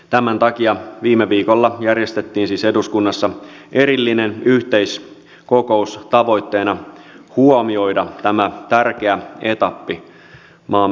tämän takia viime viikolla järjestettiin siis eduskunnassa erillinen yhteiskokous tavoitteena huomioida tämä tärkeä etappi maamme historiassa